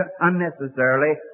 unnecessarily